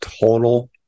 total